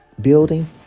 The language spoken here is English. building